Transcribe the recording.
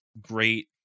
great